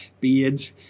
beards